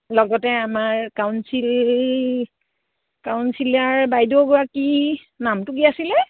লগতে আমাৰ council councillor বাইদেউগৰাকী নামটো কি আছিলে